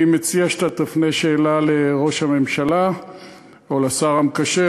אני מציע שתפנה שאלה לראש הממשלה או לשר המקשר.